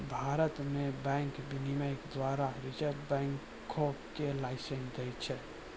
भारत मे बैंक विनियमन के द्वारा रिजर्व बैंक बैंको के लाइसेंस दै छै